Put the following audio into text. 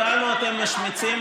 אותנו אתם משמיצים,